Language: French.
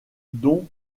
dont